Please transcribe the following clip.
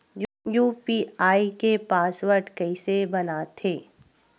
UPI के password कइसे बनाथे?